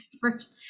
first